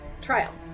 trial